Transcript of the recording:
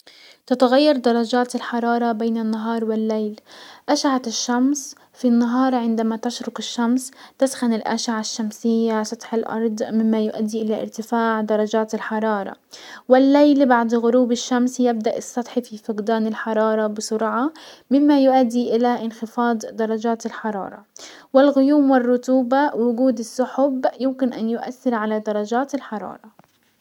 تتغير درجات الحرارة بين النهار والليل. اشعة الشمس في النهار عندما تشرق الشمس تسخن الاشعة الشمسية على سطح الارض مما يؤدي الى ارتفاع درجات الحرارة، والليل بعد غروب الشمس يبدأ السطح في فقدان الحرارة مما يؤدي الى انخفاض درجات الحرارة، والغيوم والرطوبة وجود السحب يمكن ان يؤسر على درجات الحرارة.